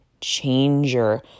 changer